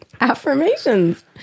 affirmations